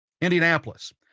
Indianapolis